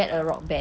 oh